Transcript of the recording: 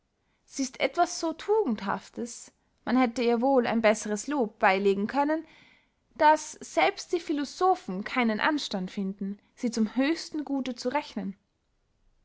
sie ist etwas so tugendhaftes man hätte ihr wohl ein besseres lob beylegen können daß selbst die philosophen keinen anstand finden sie zum höchsten gute zu rechnen